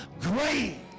great